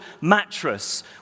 mattress